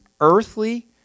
earthly